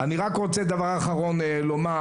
אני רק רוצה דבר אחרון לומר,